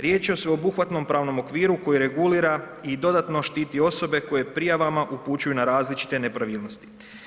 Riječ je o sveobuhvatnom pravnom okviru koji regulira i dodatno štiti osobe koje prijavama upućuju na različite nepravilnosti.